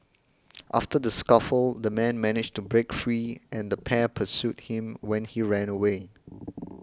after the scuffle the man managed to break free and the pair pursued him when he ran away